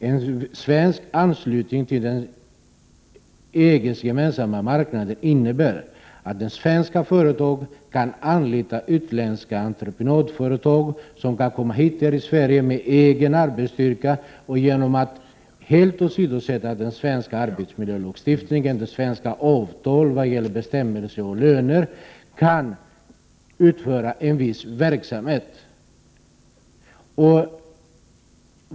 En svensk anslutning till EG:s gemensamma marknad innebär att svenska företag kan anlita utländska entreprenadföretag, som kan komma hit till Sverige med egen arbetsstyrka. Genom att helt och hållet åsidosätta den svenska arbetsmiljölagstiftningen och svenska avtal om löner kan de utföra en viss verksamhet.